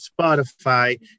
Spotify